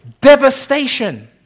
devastation